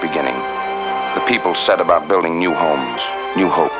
beginning the people set about building new homes new hope